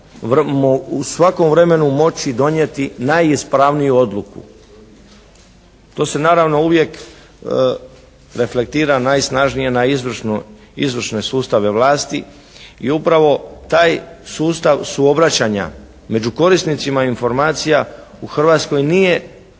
u svakom vremenu moći donijeti najispravniju odluku. To se naravno uvijek reflektira najsnažnije na izvršne sustave vlasti. I upravo taj sustav suobraćanja među korisnicima informacija u Hrvatskoj nije